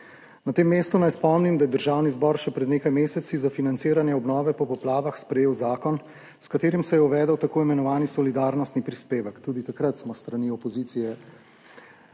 Na tem mestu naj spomnim, da je Državni zbor še pred nekaj meseci za financiranje obnove po poplavah sprejel zakon, s katerim se je uvedel tako imenovani solidarnostni prispevek. Tudi takrat smo s strani opozicije